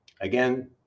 Again